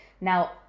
Now